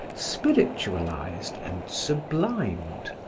spiritualized, and sublimed.